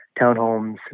townhomes